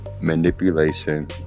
manipulation